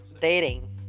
Dating